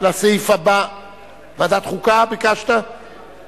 20 בעד, אין מתנגדים, אין נמנעים.